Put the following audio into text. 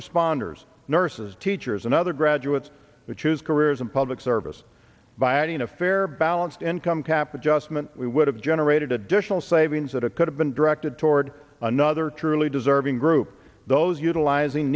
responders nurses teachers and other graduates to choose careers in public service by adding a fair balanced income cap adjustment we would have generated additional savings that it could have been directed toward another truly deserving group those utilizing